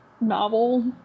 novel